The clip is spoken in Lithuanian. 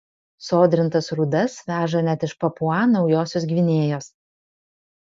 sodrintas rūdas veža net iš papua naujosios gvinėjos